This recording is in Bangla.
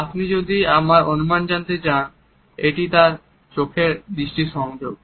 আপনি যদি আমার অনুমান জানতে চান এটি তার চোখের দৃষ্টি সংযোগ